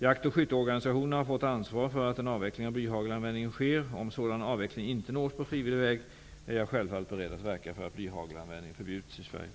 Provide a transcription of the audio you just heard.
Jakt och skytteorganisationerna har fått ansvar för att en avveckling av blyhagelanvändningen sker. Om sådan avveckling inte nås på frivillig väg är jag självfallet beredd att verka för att blyhagelanvändning förbjuds i Sverige.